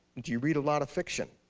do you read a lot of fiction?